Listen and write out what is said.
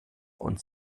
und